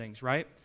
right